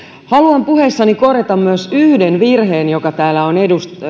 haluan puheessani myös korjata yhden virheen joka täällä on